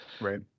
right